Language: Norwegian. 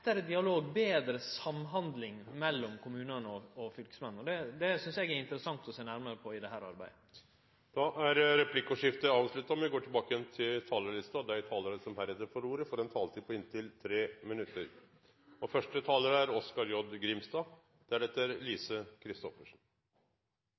dialog og betre samhandling mellom kommunane og fylkesmennene. Det synest eg er interessant å sjå nærmare på i dette arbeidet. Replikkordskiftet er avslutta. Dei talarane som heretter får ordet, har ei taletid på inntil 3 minutt. Dette representantforslaget er reist for å få ein debatt om statlege, og